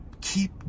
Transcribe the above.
keep